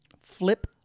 Flip